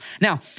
Now